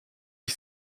ich